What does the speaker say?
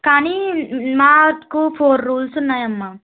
కానీ మాకు four rules ఉన్నాయి అమ్మా